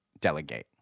delegate